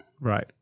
right